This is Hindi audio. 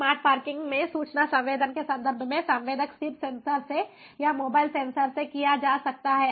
स्मार्ट पार्किंग में सूचना संवेदन के संदर्भ में संवेदक स्थिर सेंसर से या मोबाइल सेंसर से किया जा सकता है